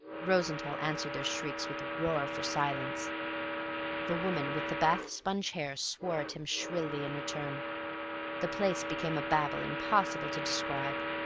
rosenthall answered their shrieks with a roar for silence the woman with the bath-sponge hair swore at him shrilly in return the place became a babel impossible to describe.